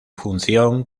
función